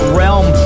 realm